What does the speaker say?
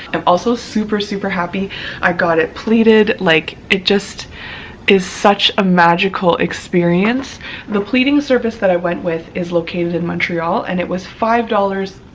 and also super super happy i got it pleated like it just is such a magical experience the pleating surface that i went with is located in montreal and it was five dollars